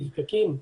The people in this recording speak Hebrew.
לנזקקים,